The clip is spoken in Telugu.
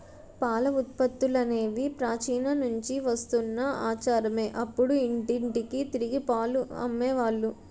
పాల ఉత్పత్తులనేవి ప్రాచీన నుంచి వస్తున్న ఆచారమే అప్పుడు ఇంటింటికి తిరిగి పాలు అమ్మే వాళ్ళు